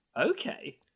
Okay